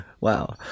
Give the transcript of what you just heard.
Wow